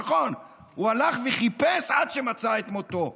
נכון, הוא הלך וחיפש עד שמצא את מותו.